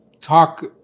talk